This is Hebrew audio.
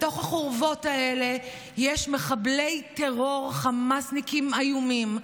בתוך החורבות האלה יש מחבלי טרור חמאסניקים איומים,